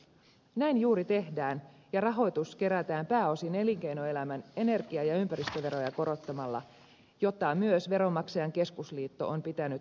näin juuri tehdään ja rahoitus kerätään pääosin elinkeinoelämän energia ja ympäristöveroja korottamalla mitä myös veronmaksajain keskusliitto on pitänyt oikean suuntaisena